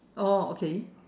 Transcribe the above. oh okay